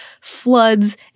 floods